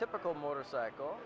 typical motorcycle